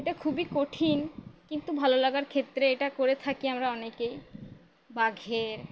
এটা খুবই কঠিন কিন্তু ভালো লাগার ক্ষেত্রে এটা করে থাকি আমরা অনেকেই বাঘের